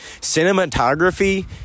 Cinematography